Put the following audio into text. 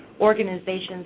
organizations